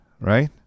right